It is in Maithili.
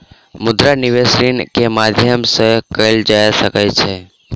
मुद्रा निवेश ऋण के माध्यम से कएल जा सकै छै